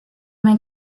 man